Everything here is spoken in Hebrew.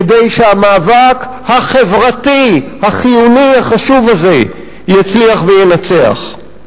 כדי שהמאבק החברתי החיוני והחשוב הזה יצליח וינצח.